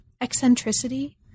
eccentricity